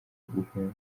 guhunga